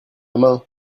main